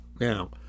Now